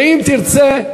ואם תרצה,